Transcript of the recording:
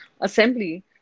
assembly